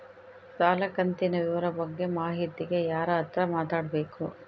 ಸಾಲ ಕಂತಿನ ವಿವರ ಬಗ್ಗೆ ಮಾಹಿತಿಗೆ ಯಾರ ಹತ್ರ ಮಾತಾಡಬೇಕು?